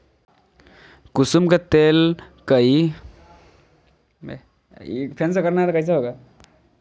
कुसुम के तेल कई प्रकार से स्वास्थ्य ले फायदेमंद होबो हइ